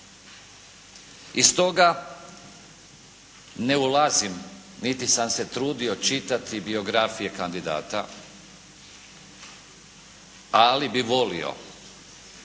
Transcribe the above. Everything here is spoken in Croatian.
I stoga ne ulazim niti sam se trudio čitati biografije kandidata, ali bi volio